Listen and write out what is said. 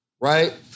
Right